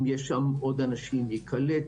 אם יש שם עוד אנשים, ייקלט.